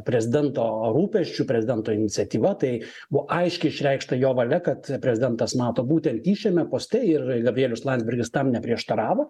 prezidento rūpesčiu prezidento iniciatyva tai buvo aiškiai išreikšta jo valia kad prezidentas mato būtent jį šiame poste ir gabrielius landsbergis tam neprieštaravo